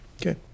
okay